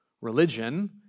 religion